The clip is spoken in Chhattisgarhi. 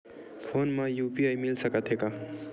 फोन मा यू.पी.आई मिल सकत हे का?